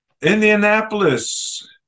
indianapolis